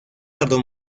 tardó